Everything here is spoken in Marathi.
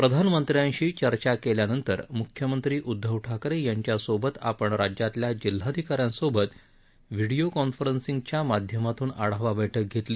प्रधानमंत्र्यांशी चर्चा केल्यानंतर म्ख्यमंत्री उद्धव ठाकरे यांच्यासोबत आपण राज्यातल्या जिल्ह्याधिकाऱ्यांसोबत व्हिडिओ कॉन्फरन्सिंगच्या माध्यमातून आढावा बैठक घेतली